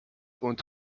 und